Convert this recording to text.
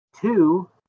Two